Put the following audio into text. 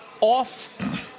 off